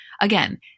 again